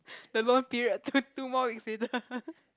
the loan period to two more weeks later